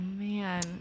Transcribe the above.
man